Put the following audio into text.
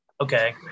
okay